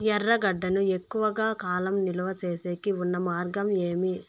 ఎర్రగడ్డ ను ఎక్కువగా కాలం నిలువ సేసేకి ఉన్న మార్గం ఏమి?